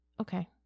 okay